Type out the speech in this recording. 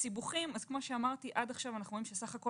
סיבוכים עד עכשיו אנחנו רואים שבסך הכול